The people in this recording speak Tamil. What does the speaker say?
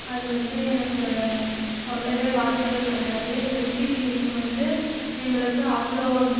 அது வந்து எனக்கு சொல்லவே வார்த்தைகள் கிடையாது எல்பிஜி இணைப்பு வந்து எங்களுக்கு அவ்வளோ